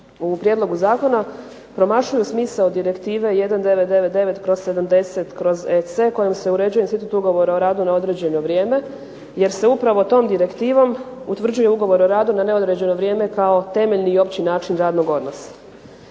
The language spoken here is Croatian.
u prijedlogu zakona promašuju smisao Direktive 1999/70/EC kojom se uređuje institut ugovora o radu na određeno vrijeme jer se upravo tom direktivom utvrđuje ugovor o radu na neodređeno vrijeme kao temeljni i opći način radnog odnosa.